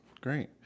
Great